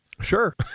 Sure